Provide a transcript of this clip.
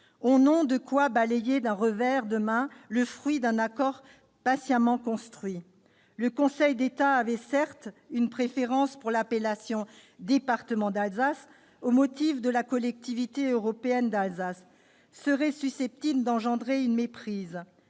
Au nom de quoi balayer d'un revers de main le fruit d'un accord patiemment construit ? Le Conseil d'État avait certes une préférence pour l'appellation « département d'Alsace », au motif que le nom « Collectivité européenne d'Alsace » serait susceptible de créer une méprise.